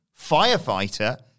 firefighter